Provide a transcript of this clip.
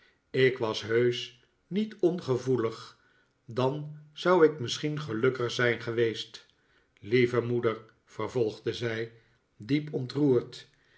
ik was heusch niet ongevoelig dan zou ik misschien gelukkiger zijn geweest lieve moeder vervolgde zij diep ontroerd